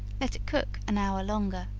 let it cook an hour longer.